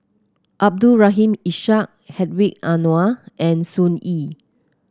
Abdul Rahim Ishak Hedwig Anuar and Sun Yee